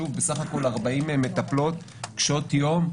בסך הכול 40 מטפלות קשות יום,